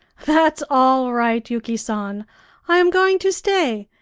that's all right, yuki san i am going to stay,